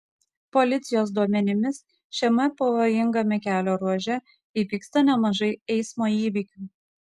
policijos duomenimis šiame pavojingame kelio ruože įvyksta nemažai eismo įvykių